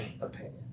opinion